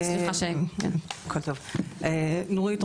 נורית,